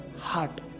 heart